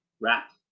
Wrap